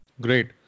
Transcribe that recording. Great